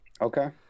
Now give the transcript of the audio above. okay